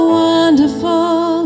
wonderful